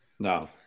No